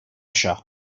això